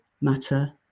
matter